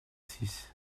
six